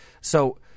So-